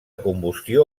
combustió